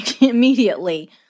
immediately